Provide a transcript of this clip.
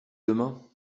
demain